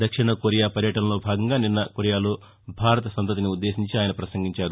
దక్షిణ కొరియా పర్యటనలో భాగంగా నిన్న కొరియాలో భారత సంతతిని ఉద్దేశించి ఆయన పసంగించారు